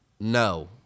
No